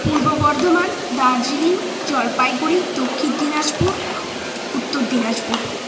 Purba Bardhaman Darjeeling Jalpaiguri Dakshin Dinajpur Uttar Dinajpur